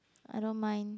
I don't mind